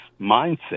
mindset